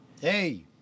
hey